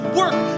work